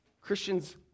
Christians